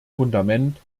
fundament